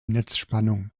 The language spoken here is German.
netzspannung